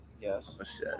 Yes